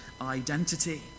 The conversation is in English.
identity